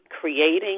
creating